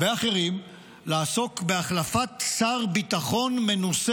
וילד שני שיהיה בגבול לבנון ואולי בתוך לבנון,